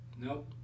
Nope